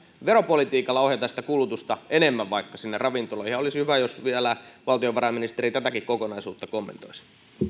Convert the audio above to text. veropolitiikalla ohjata kulutusta enemmän vaikka sinne ravintoloihin ja olisi hyvä jos vielä valtiovarainministeri tätäkin kokonaisuutta kommentoisi